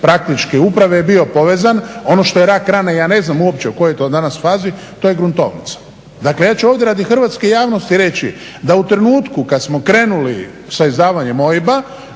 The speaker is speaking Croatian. praktički uprave je bio povezan. Ono što je rak-rana ja ne znam uopće u kojoj je to danas fazi to je gruntovnica. Dakle ja ću ovdje radi hrvatske javnosti reći da u trenutku kada smo krenuli da izdavanjem OIB-a